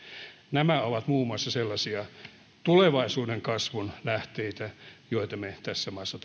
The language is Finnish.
nämä ovat muun muassa sellaisia tulevaisuuden kasvun lähteitä joita me tässä maassa